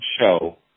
show